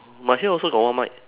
my here also got one mic